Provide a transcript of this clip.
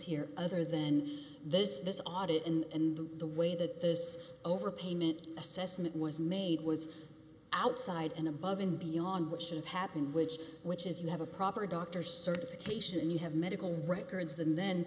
here other than this this audit and the way that this overpayment assessment was made was outside and above and beyond what should've happened which which is you have a proper doctor certification you have medical records and then